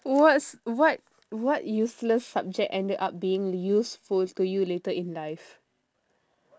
what's what what useless subject ended up being useful to you later in life